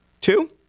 two